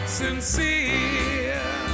sincere